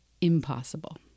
impossible